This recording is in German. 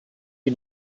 die